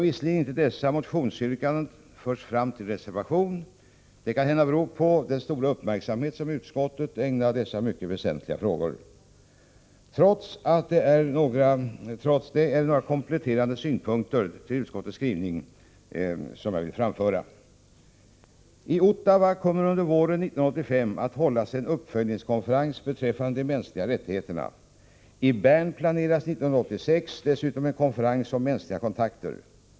Visserligen har inte dessa motionsyrkanden förts fram till reservation, och det kanhända beror på den stora uppmärksamhet som utskottet ägnat dessa mycket väsentliga frågor, men trots det vill jag framföra några kompletterande synpunkter i anslutning till utskottets skrivning. I Ottawa kommer under våren 1985 att hållas en uppföljningskonferens beträffande de mänskliga rättigheterna. I Bern planeras 1986 dessutom en konferens om mänskliga kontakter.